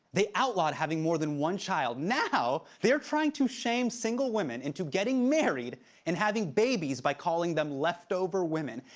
they outlawed having more than one child. now, they're trying to shame single women into getting married and having babies by calling them leftover women.